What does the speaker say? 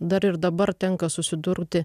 dar ir dabar tenka susidurti